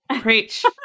Preach